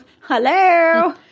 Hello